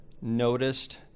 noticed